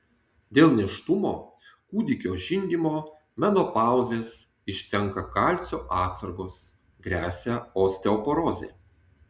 dėl nėštumo kūdikio žindymo menopauzės išsenka kalcio atsargos gresia osteoporozė